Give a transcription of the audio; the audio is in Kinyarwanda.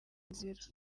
inzira